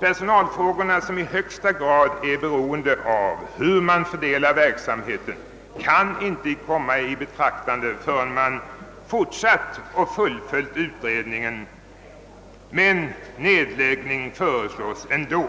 »Personalfrågorna som i högsta grad är beroende av hur man fördelar verksamheten kan inte komma i betraktande förrän man fortsatt och fullföljt utredningen men nedläggning föreslås ändå.